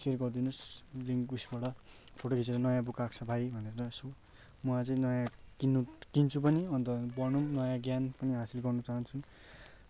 share गरिदिनुहोस् link उएसबाट photo खिचेर नयाँ बुक आएको छ भाइ भनेर यसो म अझै नयाँ किन्नु किन्छु पनि अन्त पढ्नु पनि नयाँ ज्ञान पनि हासिल गर्नु चाहन्छु